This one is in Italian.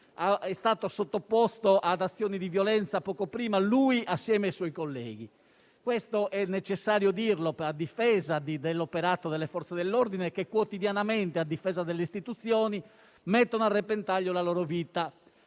è stato sottoposto ad azioni di violenza poco prima assieme ai suoi colleghi. Questo è necessario dirlo a difesa dell'operato delle Forze dell'ordine che, quotidianamente, a difesa delle istituzioni, mettono a repentaglio la loro vita